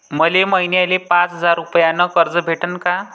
मले महिन्याले पाच हजार रुपयानं कर्ज भेटन का?